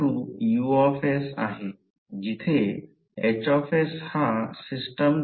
जर ते मीटर असेल तर हे मीटर स्क्वेअर असेल जर हे d मीटरमध्ये असेल